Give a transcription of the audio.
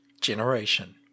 generation